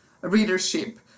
readership